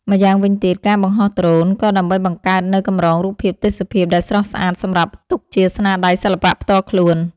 ម្យ៉ាងវិញទៀតការបង្ហោះដ្រូន ក៏ដើម្បីបង្កើតនូវកម្រងរូបភាពទេសភាពដែលស្រស់ស្អាតសម្រាប់ទុកជាស្នាដៃសិល្បៈផ្ទាល់ខ្លួន។